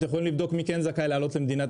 אתם יכולים לבדוק מי כן זכאי לעלות למדינת